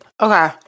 Okay